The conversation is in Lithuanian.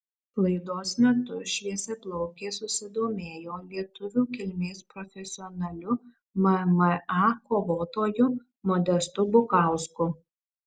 laidos metu šviesiaplaukė susidomėjo lietuvių kilmės profesionaliu mma kovotoju modestu bukausku